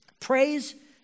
praise